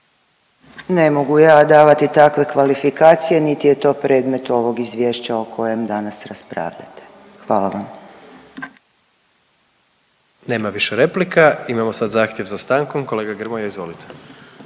Ne mogu ja davati takve kvalifikacije, niti je to predmet ovog izvješća o kojem danas raspravljate. Hvala vam. **Jandroković, Gordan (HDZ)** Nema više replika. Imamo sad zahtjev za stankom, kolega Grmoja izvolite.